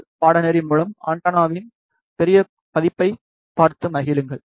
L பாடநெறி மூலம் ஆண்டெனாக்களின் பெரிய பதிப்பைப் பார்த்து மகிழுங்கள்